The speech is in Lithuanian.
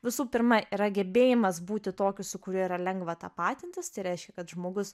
visų pirma yra gebėjimas būti tokiu su kuriuo yra lengva tapatintis tai reiškia kad žmogus